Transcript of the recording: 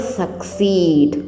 succeed